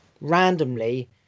randomly